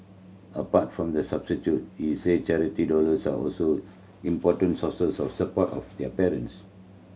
apart from the he said charity dollars are also important sources of support of their parents